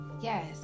yes